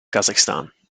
kazakhstan